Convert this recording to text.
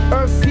Earth